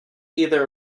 either